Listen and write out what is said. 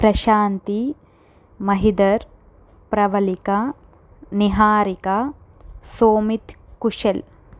Prashanti Mahidhar Pravallika Niharika Somith Kushal